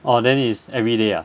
orh then is every day ah